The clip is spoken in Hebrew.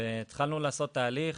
והתחלנו לעשות תהליך,